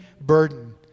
burden